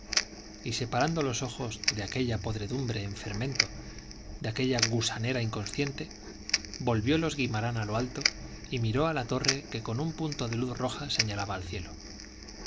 y separando los ojos de aquella podredumbre en fermento de aquella gusanera inconsciente volviolos guimarán a lo alto y miró a la torre que con un punto de luz roja señalaba al cielo